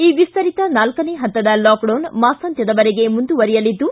ಈ ವಿಸ್ತರಿತ ನಾಲ್ಲನೇ ಹಂತದ ಲಾಕ್ಡೌನ್ ಮಾಸಾಂತ್ಯದವರೆಗೆ ಮುಂದುವರೆಯಲಿದ್ದು